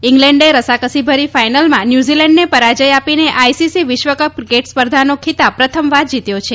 ઈંગ્લેન્ડે રસાકસી ભરી ફાઈનલમાં ન્યુઝીલેન્ડને પરાજય આપીને આઈસીસી વિશ્વકપ ક્રિકેટ સ્પર્ધાનો ખીતાબ પ્રથમવાર જીત્યો છે